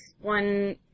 one